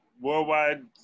Worldwide